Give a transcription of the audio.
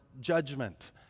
judgment